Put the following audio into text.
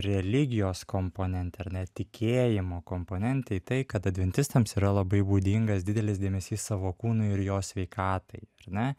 religijos komponente ar ne tikėjimo komponente į tai kad adventistams yra labai būdingas didelis dėmesys savo kūnui ir jo sveikatai ar ne